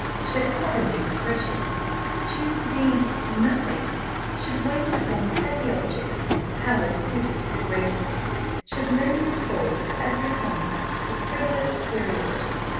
should pardon the expression choose to be nothing should waste upon petty objects powers suited to the greatest should lend his soul to every contest for frivolous superiority,